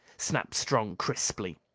snapped strong crisply.